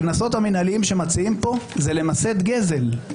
הקנסות המינהליים שמצעים פה זה למסד גזל.